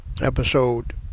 Episode